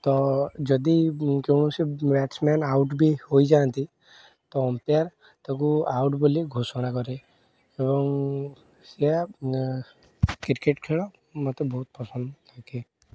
ତ ଯଦି କୌଣସି ବ୍ୟାଟ୍ସମ୍ୟାନ୍ ଆଉଟ୍ ବି ହେଇଯାନ୍ତି ତ ଅମ୍ପେଆର୍ ତାକୁ ଆଉଟ୍ ବୋଲି ଘୋଷଣା କରେ ଏବଂ ସେଇଆ କ୍ରିକେଟ୍ ଖେଳ ମୋତେ ବହୁତ ପସନ୍ଦ ଲାଗେ